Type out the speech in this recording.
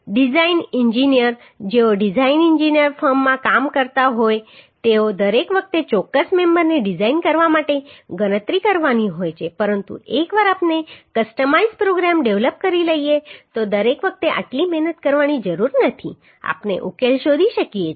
design ઈજનેર જેઓ design ફર્મમાં કામ કરતા હોય તેઓ દરેક વખતે ચોક્કસ મેમ્બરને ડીઝાઈન કરવા માટે ગણતરી કરવાની હોય છે પરંતુ એકવાર આપણે કસ્ટમાઈઝ્ડ પ્રોગ્રામ ડેવલપ કરી લઈએ તો દરેક વખતે આટલી મહેનત કરવાની જરૂર નથી આપણે ઉકેલ શોધી શકીએ છીએ